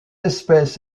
espèce